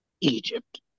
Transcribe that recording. Egypt